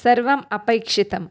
सर्वं अपेक्षितं